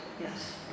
yes